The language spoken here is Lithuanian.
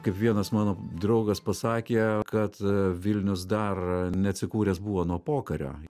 kaip vienas mano draugas pasakė kad vilnius dar neatsikūręs buvo nuo pokario